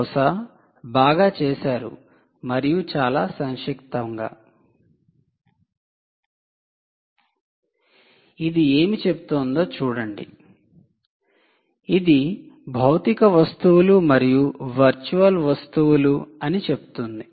బహుశా బాగా చేసారు మరియు చాలా సంక్షిప్తంగా ఇది ఏమి చెబుతుందో చూడండి ఇది భౌతిక వస్తువులు మరియు వర్చువల్ వస్తువులు అని చెబుతుంది